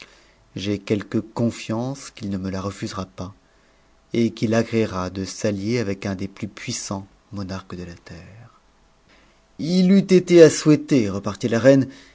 i quelque confiance qu'il ne me la refusera pas et qu'il agréera de s'allier avec un des plus puissants monarques de la terre u eût été à souhaiter repartit la reine